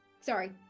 sorry